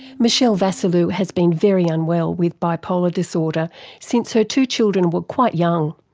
michelle vasiliu has been very unwell with bipolar disorder since her two children were quite young.